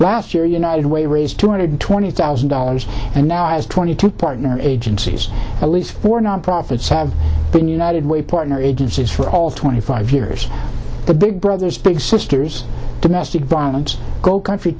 last year united way raise two hundred twenty thousand dollars and now has twenty two partner agencies at least four nonprofits have been united way partner agencies for all twenty five years the big brothers big sisters domestic violence goal country